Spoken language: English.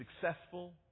successful